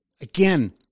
again